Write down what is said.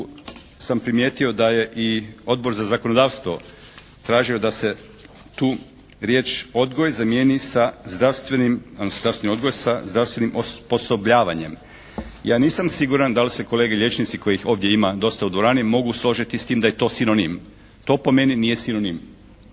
sam primijetio i da je Odbor za zakonodavstvo tražio da se tu riječ "zdravstveni odgoj" zamijeni sa "zdravstvenim osposobljavanjem". Ja nisam siguran da li se kolege liječnici kojih ovdje ima dosta u dvorani mogu složiti s tim da je to sinonim. To po meni nije sinonim.